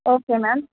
okay ma'am